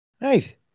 Right